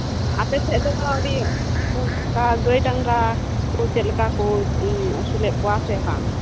ᱦᱩᱸ ᱟᱯᱮ ᱥᱮᱫ ᱫᱚ ᱟᱹᱰᱤ ᱜᱟᱹᱭ ᱰᱟᱝᱨᱟ ᱠᱚ ᱪᱮᱫ ᱞᱮᱠᱟ ᱠᱚ ᱟᱹᱥᱩᱞᱮᱫ ᱠᱚᱣᱟ ᱥᱮ ᱵᱟᱝ